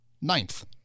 ninth